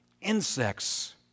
insects